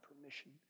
permission